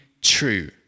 true